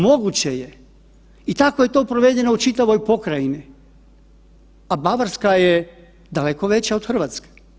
Moguće je i tako je to provedeno u čitavoj pokrajini, a Bavarska je daleko veća od RH.